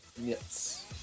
Yes